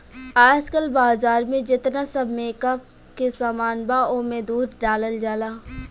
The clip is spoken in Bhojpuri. आजकल बाजार में जेतना सब मेकअप के सामान बा ओमे दूध डालल जाला